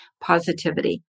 positivity